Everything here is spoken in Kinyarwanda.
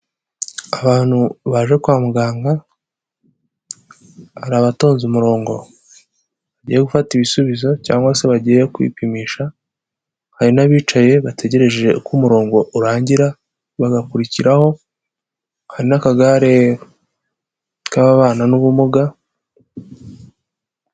Abantu baje kwa muganga, hari abatonze umurongo bagiye gufata ibisubizo cyangwa se bagiye kwipimisha, hari n'abicaye bategereje ko umurongo urangira bagakurikiraho, hari n'akagare k'ababana n'ubumuga.